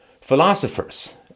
philosophers